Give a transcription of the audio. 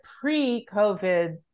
pre-COVID